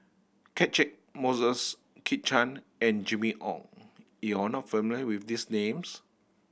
Catchick Moses Kit Chan and Jimmy Ong you are not familiar with these names